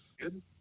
good